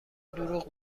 دروغ